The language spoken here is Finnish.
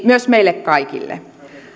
myös meille kaikille